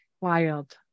wild